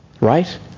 right